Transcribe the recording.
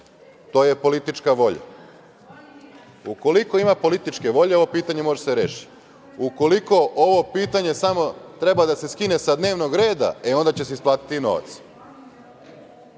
to je politička volja. Ukoliko ima političke volje, ovo pitanje može da se reši. Ukoliko ovo pitanje samo treba da se skine sa dnevnog reda, e, onda će se isplatiti i novac.